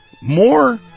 more